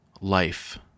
life